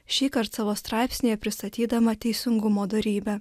šįkart savo straipsnyje pristatydama teisingumo dorybę